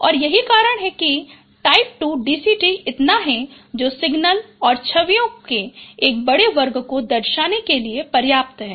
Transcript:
और यही कारण है कि टाइप 2 DCT इतना है जो सिग्नल और छवियों के एक बड़े वर्ग को दर्शाने के लिए पर्याप्त है